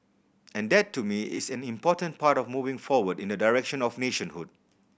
and that to me is an important part of moving forward in the direction of nationhood